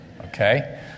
Okay